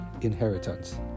inheritance